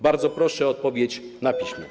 Bardzo proszę o odpowiedź na piśmie.